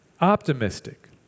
optimistic